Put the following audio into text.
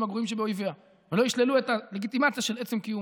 הגרועים שבאויביה ולא ישללו את הלגיטימציה של עצם קיומה.